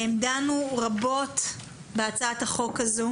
דנו רבות בהצעת החוק הזאת.